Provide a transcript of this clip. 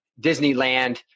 Disneyland